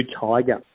tiger